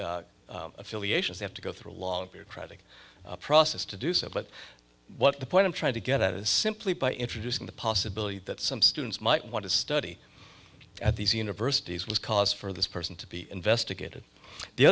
lee affiliations have to go through a lot of bureaucratic process to do so but what the point i'm trying to get at is simply by introducing the possibility that some students might want to study at these universities was cause for this person to be investigated the